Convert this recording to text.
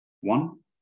One